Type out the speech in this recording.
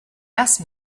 asked